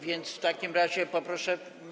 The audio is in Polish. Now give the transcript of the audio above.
Więc w takim razie poproszę.